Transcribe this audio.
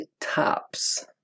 tops